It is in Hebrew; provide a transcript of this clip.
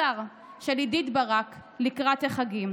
זה דבר שמהווה פגיעה קשה בזכויותיהם של יהודים,